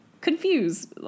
confused